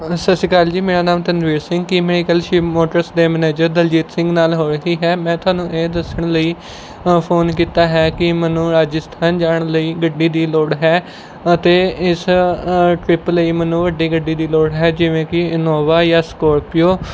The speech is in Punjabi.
ਸਤਿ ਸ਼੍ਰੀ ਅਕਾਲ ਜੀ ਮੇਰਾ ਨਾਮ ਧਨਵੀਰ ਸਿੰਘ ਕੀ ਮੇਰੀ ਗੱਲ ਸ਼ਿਵ ਮੋਟਰਸ ਦੇ ਮੈਨੇਜਰ ਦਲਜੀਤ ਸਿੰਘ ਨਾਲ਼ ਹੋ ਰਹੀ ਹੈ ਮੈਂ ਤੁਹਾਨੂੰ ਇਹ ਦੱਸਣ ਲਈ ਫੋਨ ਕੀਤਾ ਹੈ ਕਿ ਮੈਨੂੰ ਰਾਜਸਥਾਨ ਜਾਣ ਲਈ ਗੱਡੀ ਦੀ ਲੋੜ ਹੈ ਅਤੇ ਇਸ ਟ੍ਰਿਪ ਲਈ ਮੈਨੂੰ ਵੱਡੀ ਗੱਡੀ ਦੀ ਲੋੜ ਹੈ ਜਿਵੇਂ ਕਿ ਇਨੋਵਾ ਜਾਂ ਸਕੋਰਪੀਓ